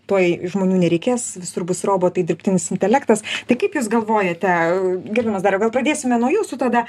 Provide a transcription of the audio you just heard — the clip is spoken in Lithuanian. tuoj žmonių nereikės visur bus robotai dirbtinis intelektas tai kaip jūs galvojate gerbiamas dariau gal pradėsime nuo jūsų tada